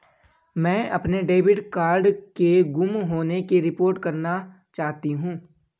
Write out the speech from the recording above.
मैं अपने debit card के गुम होने की रिपोर्ट करना चाहती हूँ